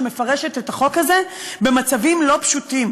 שמפרשת את החוק הזה במצבים לא פשוטים.